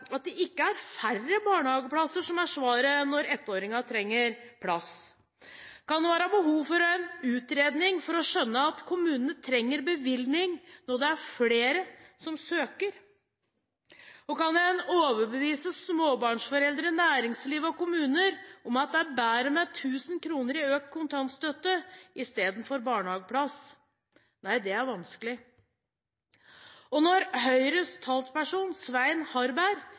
at det ikke er færre barnehageplasser som er svaret, når ettåringene trenger plass? Kan det være behov for en utredning for å skjønne at kommunene trenger bevilgning når det er flere som søker? Og kan man overbevise småbarnsforeldre, næringsliv og kommuner om at det er bedre med 1 000 kr i økt kontantstøtte i stedet for barnehageplass? Nei, det er vanskelig. Høyres talsperson, Svein Harberg,